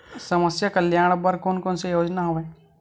समस्या कल्याण बर कोन कोन से योजना हवय?